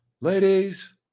ladies